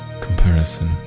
comparison